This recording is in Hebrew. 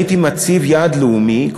הייתי מציב יעד לאומי.